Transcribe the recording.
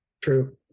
True